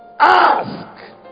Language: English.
Ask